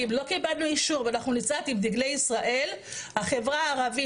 כי אם לא קיבלנו אישור ואנחנו נצעד עם דגלי ישראל החברה הערבית